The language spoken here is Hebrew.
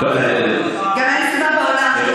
גם אין סיבה בעולם,